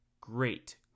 great